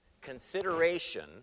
Consideration